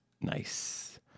Nice